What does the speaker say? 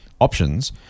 options